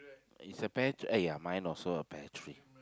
is a pear eh ya mine also a pear tree